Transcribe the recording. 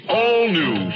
all-new